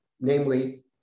namely